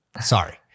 sorry